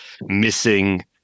missing